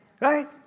Right